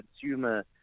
consumer